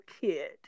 kid